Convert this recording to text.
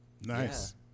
Nice